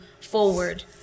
forward